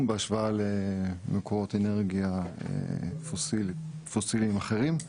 בהשוואה למקורות אנרגיה פוסיליים אחרים,